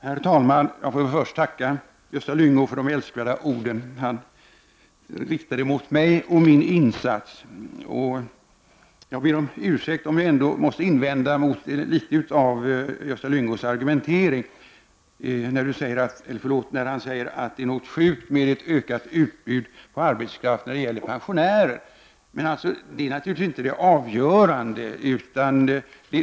Herr talman! Jag får först tacka Gösta Lyngå för de älskvärda ord han riktade mot mig och min insats. Jag ber om ursäkt för att jag ändå måste invända mot litet av Gösta Lyngås argumentering, när han säger att det är något sjukt med ett ökat utbud av arbetskraft i form av pensionärer. Det är naturligtvis inte det avgörande.